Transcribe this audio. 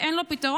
אין לו פתרון,